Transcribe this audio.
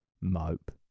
mope